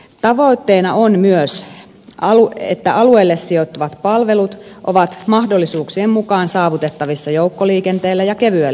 tavoitteena on myös että alueelle sijoittuvat palvelut ovat mahdollisuuksien mukaan saavutettavissa joukkoliikenteellä ja kevyellä liikenteellä